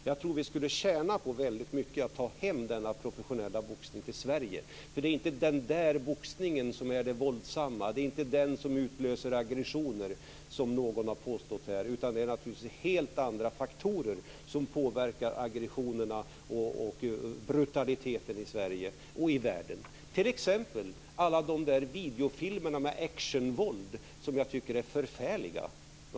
Jag tror att vi skulle tjäna väldigt mycket på att ta hem denna professionella boxning till Sverige. Det är inte boxningen som är det våldsamma. Det är inte den som utlöser aggressioner, som någon här har påstått. Det är naturligtvis helt andra faktorer som påverkar aggressionerna och brutaliteten i Sverige och i världen, t.ex. alla videofilmer med actionvåld som jag tycker är förfärliga.